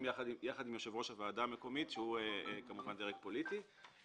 יחד עם יושב-ראש הוועדה המקומית שהוא דרג פוליטי,